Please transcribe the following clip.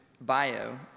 bio